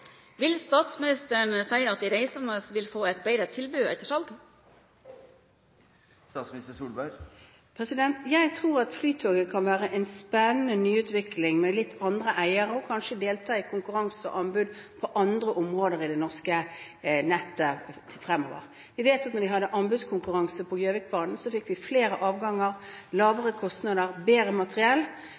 Vil statsministeren si at de reisende vil få et bedre tilbud etter salg? Jeg tror at Flytoget kan være en spennende nyutvikling med andre eiere, som kanskje kan delta i anbudskonkurranser på andre områder i det norske nettet fremover. Vi vet at etter anbudskonkurransen på Gjøvikbanen fikk vi flere avganger, lavere kostnader og bedre materiell.